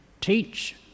teach